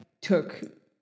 took